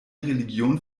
religion